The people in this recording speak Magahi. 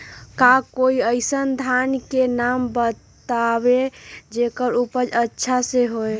का कोई अइसन धान के नाम बताएब जेकर उपज अच्छा से होय?